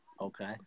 Okay